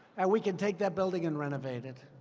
and we can take that building and renovate it.